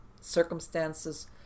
circumstances